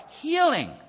healing